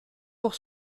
pour